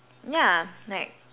yeah like